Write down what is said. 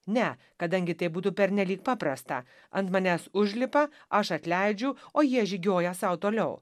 ne kadangi tai būtų pernelyg paprasta ant manęs užlipa aš atleidžiu o jie žygiuoja sau toliau